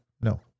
No